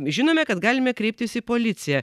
žinome kad galime kreiptis į policiją